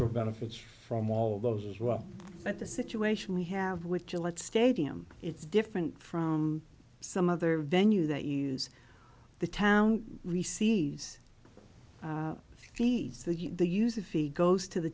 l benefits from all those as well but the situation we have with gillette stadium it's different from some other venue that use the town receives fees the the user fee goes to the